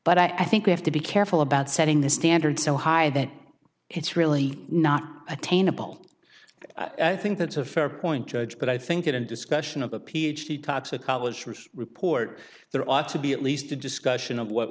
but i think we have to be careful about setting the standard so high that it's really not attainable i think that's a fair point judge but i think in a discussion of a ph d toxicology report there ought to be at least a discussion of what